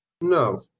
No